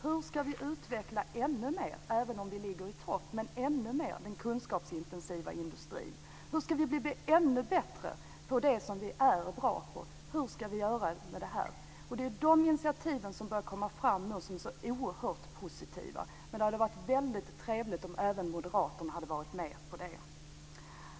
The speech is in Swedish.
Det handlar om hur vi ska utveckla den kunskapsintensiva industrin ännu mer, även om vi ligger i topp. Hur ska vi bli ännu bättre på det som vi är bra på? Hur ska vi göra med det här? Det är de initiativen som bör komma fram nu och som är så oerhört positiva. Det hade varit väldigt trevligt om även moderaterna hade varit med på det.